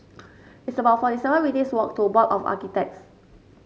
it's about forty seven minutes' walk to Board of Architects